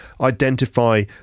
identify